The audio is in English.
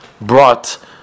brought